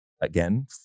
again